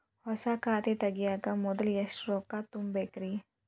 ಹೊಸಾ ಖಾತೆ ತಗ್ಯಾಕ ಮೊದ್ಲ ಎಷ್ಟ ರೊಕ್ಕಾ ತುಂಬೇಕ್ರಿ?